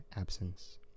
absence